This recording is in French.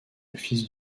fils